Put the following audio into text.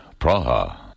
Praha